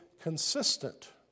consistent